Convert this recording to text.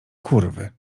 kurwy